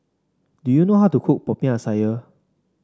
do you know how to cook Popiah Sayur